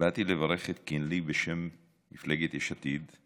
באתי לברך את קינלי בשם מפלגת יש עתיד.